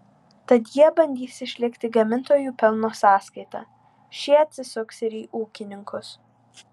tad jie bandys išlikti gamintojų pelno sąskaita šie atsisuks ir į ūkininkus